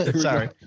Sorry